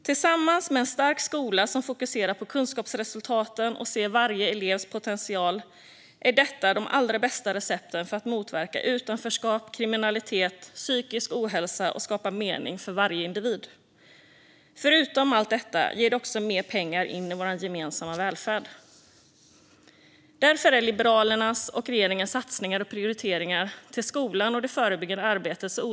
Tillsammans med en stark skola som fokuserar på kunskapsresultaten och ser varje elevs potential är detta det allra bästa receptet för att motverka utanförskap, kriminalitet och psykisk ohälsa och för att skapa mening för varje individ. Utöver allt detta ger det mer pengar in till vår gemensamma välfärd. Därför är det så otroligt viktigt och rätt med Liberalernas och regeringens satsningar på och prioriteringar av skolan och det förebyggande arbetet.